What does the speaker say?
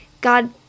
God